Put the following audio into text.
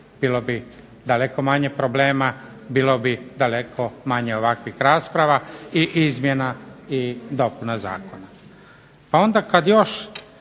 bilo bi daleko manje problema, bilo bi daleko manje ovakvih rasprava i izmjena i dopuna Zakona. Pa onda još